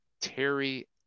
Terry